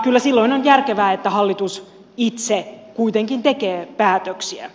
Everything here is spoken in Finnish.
kyllä silloin on järkevää että hallitus itse kuitenkin tekee päätöksiä